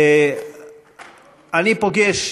אני פוגש,